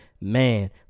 man